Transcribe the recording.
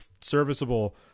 serviceable